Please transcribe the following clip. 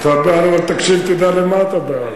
אתה בעד, אבל תקשיב, תדע למה אתה בעד.